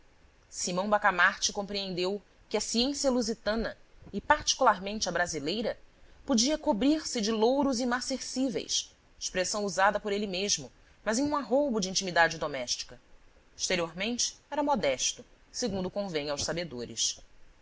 simão bacamarte compreendeu que a ciência lusitana e particularmente a brasileira podia cobrir-se de louros imarcescíveis expressão usada por ele mesmo mas em um arroubo de intimidade doméstica exteriormente era modesto segundo convém aos sabedores